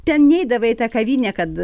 ten neidavai į tą kavinę kad